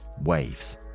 waves